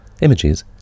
images